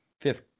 fifth